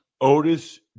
Otis